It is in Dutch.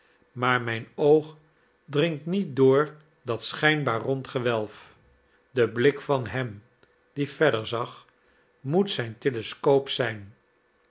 maar mijn oog dringt niet door dat schijnbaar rond gewelf de blik van hem die verder zag moet zijn telescoop zijn